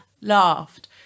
laughed